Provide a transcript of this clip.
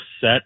set